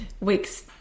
weeks